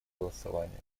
голосования